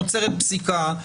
נוצרת פסיקה,